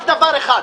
רק דבר אחד,